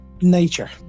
nature